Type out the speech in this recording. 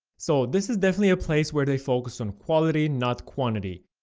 so this is definitely a place where they focus on quality, not quantity,